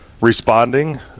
responding